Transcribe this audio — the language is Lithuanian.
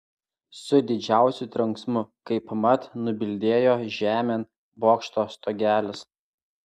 su didžiausiu trenksmu kaip mat nubildėjo žemėn bokšto stogelis